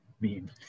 meme